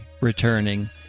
returning